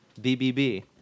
BBB